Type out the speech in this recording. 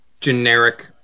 generic